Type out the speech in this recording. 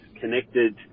connected